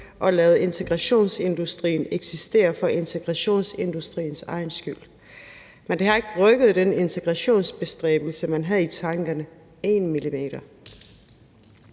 og ladet integrationsindustrien eksistere for integrationindustriens egen skyld. Men det har ikke rykket den integrationensbestræbelse, man havde i tankerne, én millimeter.